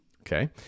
Okay